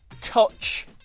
touch